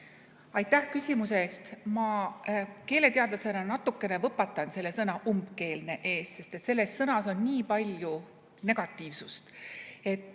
Aitäh küsimuse eest! Ma keeleteadlasena natuke võpatan selle sõna "umbkeelne" ees, sest selles sõnas on nii palju negatiivsust.